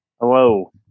Hello